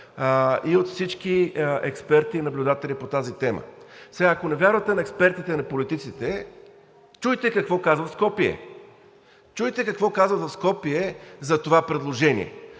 и от всички експерти и наблюдатели по тази тема. Ако не вярвате сега на експертите и на политиците, чуйте какво казват в Скопие. Чуйте какво казват в Скопие за това предложение,